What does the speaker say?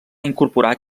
incorporar